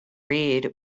read